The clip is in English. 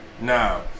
Now